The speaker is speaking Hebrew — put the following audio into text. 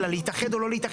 של להתאחד או לא להתאחד,